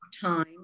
time